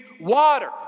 water